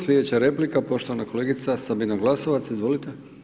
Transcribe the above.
Slijedeća replika poštovana kolegica Sabina Glasovac, izvolite.